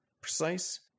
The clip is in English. precise